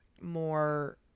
more